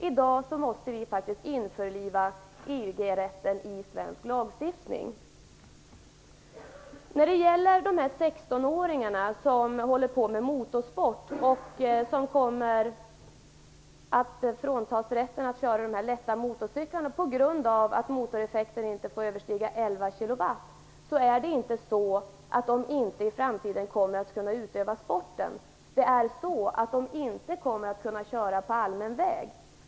I dag måste vi faktiskt införliva Sedan gäller det 16-åringarna som håller på med motorsport, och som kommer att fråntas rätten att köra lätta motorcyklar på grund av att motoreffekten inte får överstiga 11 kilowatt. Det är inte så att de i framtiden inte kommer att kunna utöva sporten. De kommer inte att kunna köra på allmän väg.